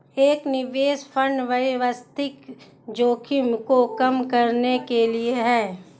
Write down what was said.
एक निवेश फंड अव्यवस्थित जोखिम को कम करने के लिए है